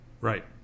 Right